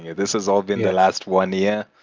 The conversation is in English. yeah this has all been the last one year.